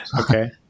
Okay